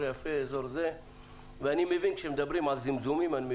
יפה ואני מבין כאשר מדברים על זמזומים.